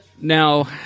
Now